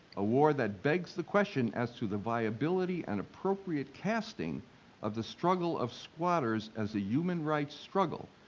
a war that begs the question as to the viability and appropriate casting of the struggle of squatters as a human rights struggle,